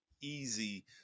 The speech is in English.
easy